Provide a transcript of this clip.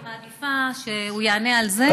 אני מעדיפה שהוא יענה על זה,